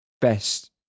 best